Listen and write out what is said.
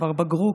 שכבר בגרו,